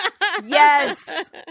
Yes